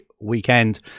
weekend